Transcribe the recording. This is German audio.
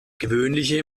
gewöhnliche